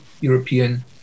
European